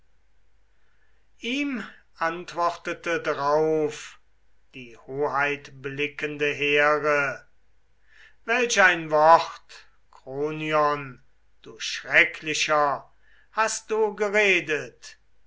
ihm antwortete drauf die hoheitblickende here welch ein wort kronion du schrecklicher hast du geredet